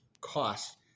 cost